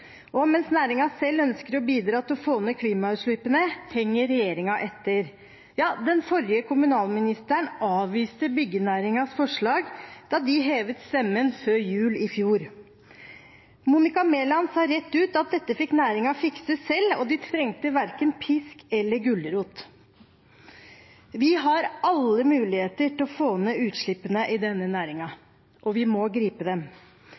og mens næringen selv ønsker å bidra til å få ned klimautslippene, henger regjeringen etter. Ja, den forrige kommunalministeren avviste byggenæringens forslag da de hevet stemmen før jul i fjor. Monica Mæland sa rett ut at dette fikk næringen fikse selv, og de trengte verken pisk eller gulrot. Vi har alle muligheter til å få ned utslippene i denne næringen, og vi må gripe dem.